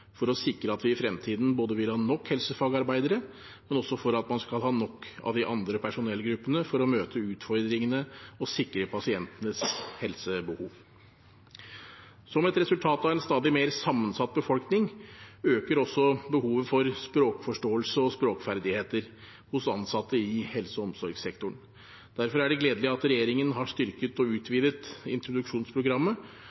for å sikre at vi i fremtiden vil ha nok helsefagarbeidere, men også for at man skal ha nok av de andre personellgruppene for å møte utfordringene og sikre pasientenes helsebehov. Som et resultat av en stadig mer sammensatt befolkning øker også behovet for språkforståelse og språkferdigheter hos ansatte i helse- og omsorgssektoren. Derfor er det gledelig at regjeringen har styrket og